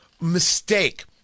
mistake